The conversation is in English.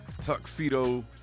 tuxedo